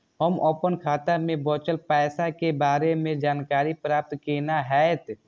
हम अपन खाता में बचल पैसा के बारे में जानकारी प्राप्त केना हैत?